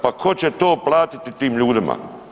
Pa ko će to platiti tim ljudima?